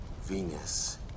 Venus